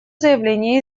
заявление